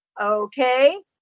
Okay